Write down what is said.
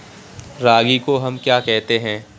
रागी को हम क्या कहते हैं?